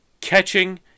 catching